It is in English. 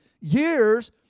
years